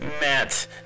Matt